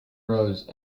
rose